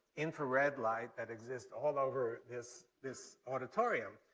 infrared light that exists all over this this auditorium.